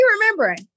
remembering